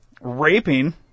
raping